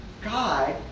God